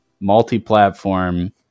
Multi-platform